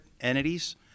entities